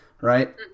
right